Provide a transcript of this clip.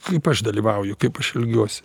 kaip aš dalyvauju kaip aš elgiuosi